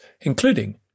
including